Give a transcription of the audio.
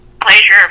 pleasure